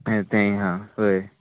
तेंयी आहा वोय